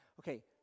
Okay